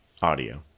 Audio